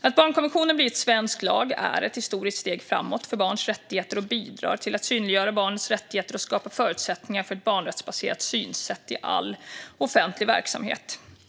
Att barnkonventionen blivit svensk lag är ett historiskt steg framåt för barns rättigheter och bidrar till att synliggöra barnets rättigheter och skapa förutsättningar för ett barnrättsbaserat synsätt i all offentlig verksamhet.